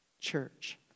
church